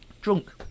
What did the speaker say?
Drunk